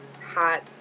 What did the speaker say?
hot